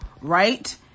right